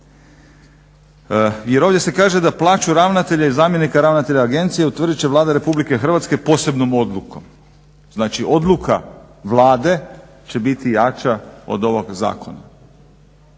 Jer ovdje se kaže da plaću ravnatelja i zamjenika ravnatelja agencije utvrdit će Vlada RH posebnom odlukom. Znači odluka Vlade će biti jača od ovog zakona.